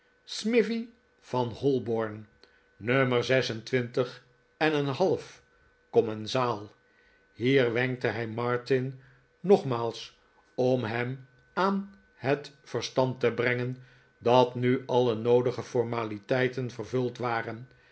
smivey van holborn nummer zes en twintig en een half commerisaal hier wenkte hij martin nogmaals om hem aan het verstand te brengen dat nu alle noodige formauteiten vervuld wareh